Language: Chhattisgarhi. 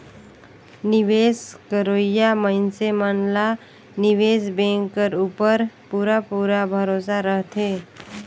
निवेस करोइया मइनसे मन ला निवेस बेंक कर उपर पूरा पूरा भरोसा रहथे